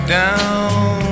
down